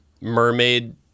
mermaid